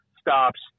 stops